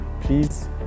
please